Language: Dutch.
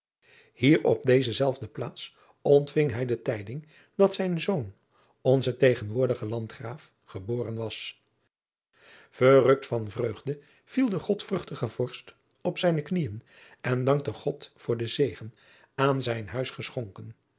ier op deze zelfde plaats ontving hij de tijding dat zijn zoon onze tegenwoordige andgraaf geboren was errukt van vreugde viel de odvruchtige vorst op zijne knieën en dankte od voor den zegen aan zijn huis geschonken